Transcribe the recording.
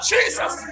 Jesus